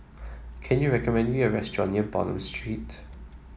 can you recommend me a restaurant near Bonham Street